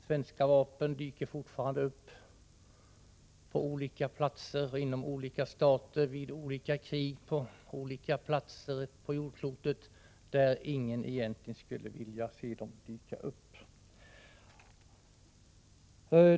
Svenska vapen dyker fortfarande upp på olika platser, i olika stater, vid olika krig på jordklotet, där inga egentligen skulle vilja se dem.